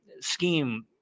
scheme